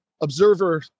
observer